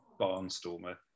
barnstormer